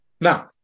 Now